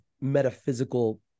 metaphysical